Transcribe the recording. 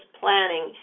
planning